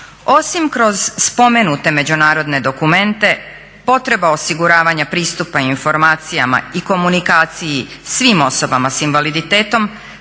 Osim kroz spomenute međunarodne dokumente potreba osiguravanja pristupa informacijama i komunikaciji svim osobama s invaliditetom